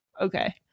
Okay